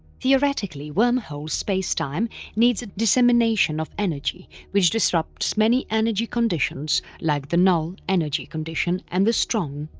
theoretically wormhole spacetime needs a dissemination of energy which disrupts many energy conditions like the null energy condition and the strong,